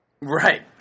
Right